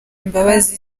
imbabazi